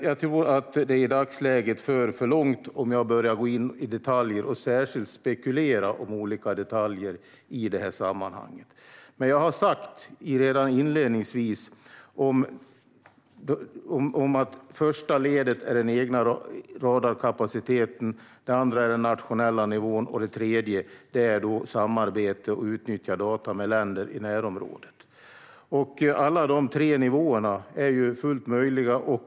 Jag tror att det i dagsläget för alltför långt om jag börjar gå in på detaljer, och särskilt spekulera om olika detaljer, i detta sammanhang. Men jag har redan inledningsvis sagt att det första ledet är den egna radarkapaciteten. Det andra är den nationella nivån, och det tredje är samarbete om utnyttjande av data med länder i närområdet. Alla de tre nivåerna är fullt möjliga.